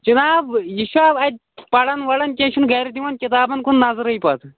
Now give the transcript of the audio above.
جِناب یہِ چھا اتہِ پران وران یہِ چھُنہٕ گرِِ دِوان کِتابن کُن نظرٕے پَتہٕ